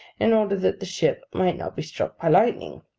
in order that the ship might not be struck by lightning.